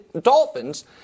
Dolphins